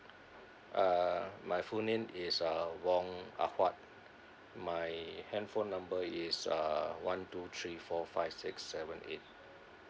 uh my full name is uh wong ah huat my handphone number is uh one two three four five six seven eight